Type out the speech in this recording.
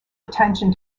attention